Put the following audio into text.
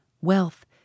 wealth